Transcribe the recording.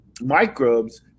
microbes